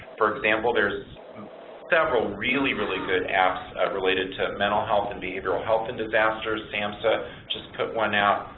for example, there's several really, really good apps related to mental health and behavioral health in disasters, samhsa just put one out.